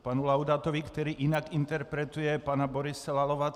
K panu Laudátovi, který jinak interpretuje pana Borise Lalovace.